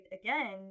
again